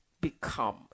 become